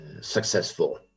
successful